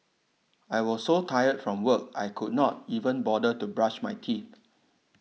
I was so tired from work I could not even bother to brush my teeth